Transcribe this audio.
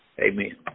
amen